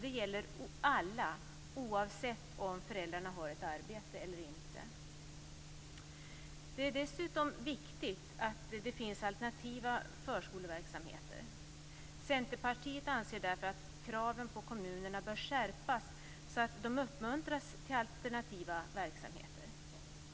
Det gäller alla, oavsett om föräldrarna har ett arbete eller inte. Det är dessutom viktigt att det finns alternativa förskoleverksamheter. Centerpartiet anser därför att kraven på kommunerna bör skärpas så att de uppmuntras till alternativa verksamheter.